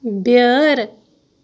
بیٲر